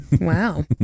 Wow